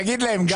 תגיד להם.